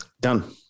Done